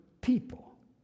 people